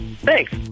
Thanks